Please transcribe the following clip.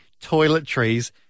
toiletries